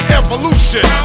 evolution